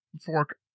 fork